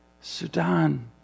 Sudan